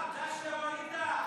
מירב, זה אשכרה בכיתה.